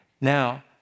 Now